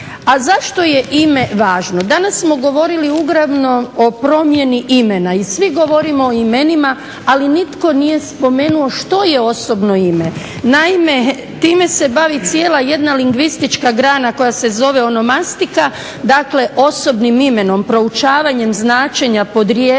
A zašto je ime važno? Danas smo govorili uglavnom o promjeni imena i svi govorimo o imenima, ali nitko nije spomenuo što je osobno ime. Naime, time se bavi cijela jedna lingvistička grana koja se zove onomastika. Dakle, osobnim imenom, proučavanjem značenja podrijetla